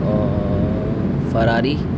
اور فراری